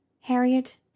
Harriet